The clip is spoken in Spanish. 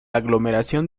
aglomeración